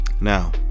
Now